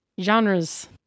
genres